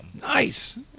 Nice